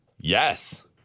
Yes